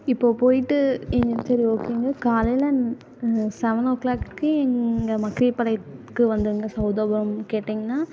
இப்போ போயிட்டு காலையில் செவன் ஓ கிளாக்கு இங்கே மக்ரிப்பாளையத்துக்கு வந்துடுங்க ஸோ உதவோம் கேட்டீங்கன்னா